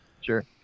Sure